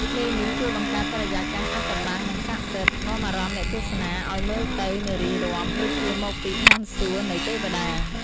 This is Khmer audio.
ភ្លេងនេះជួយបង្កើតបរិយាកាសអាថ៌កំបាំង និងស័ក្តិសិទ្ធិ នាំអារម្មណ៍អ្នកទស្សនាឲ្យមើលទៅនារីរាំ ដូចជាមកពីឋានសួគ៌នៃទេវតា។